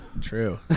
True